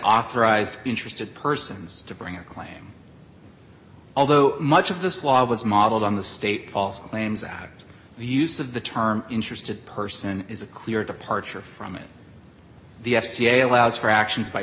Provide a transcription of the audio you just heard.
authorized interested persons to bring a claim although much of this law was modeled on the state false claims out the use of the term interested person is a clear departure from it the f c a allows for actions by